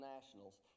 nationals